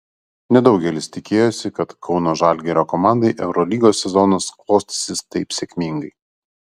nedaugelis tikėjosi kad kauno žalgirio komandai eurolygos sezonas klostysis taip sėkmingai